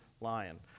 lion